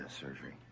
surgery